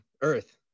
Earth